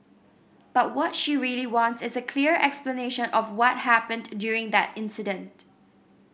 but what she really wants is a clear explanation of what happened during that incident